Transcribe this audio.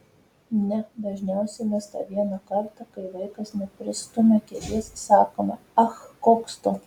ne dažniausiai mes tą vieną kartą kai vaikas nepristumia kėdės sakome ach koks tu